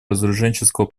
разоруженческого